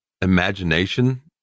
imagination